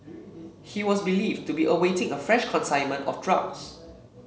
he was believed to be awaiting a fresh consignment of drugs